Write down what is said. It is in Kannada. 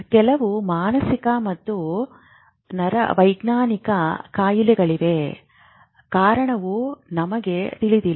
ಕೆಲವು ಮಾನಸಿಕ ಮತ್ತು ನರವೈಜ್ಞಾನಿಕ ಕಾಯಿಲೆಗಳಿಗೆ ಕಾರಣಗಳು ನಮಗೆ ತಿಳಿದಿಲ್ಲ